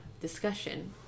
discussion